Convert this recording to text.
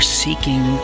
seeking